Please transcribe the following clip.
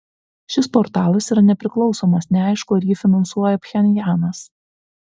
šis portalas yra nepriklausomas neaišku ar jį finansuoja pchenjanas